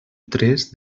tres